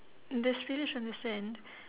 there's spillage on the sand